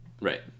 Right